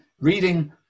Reading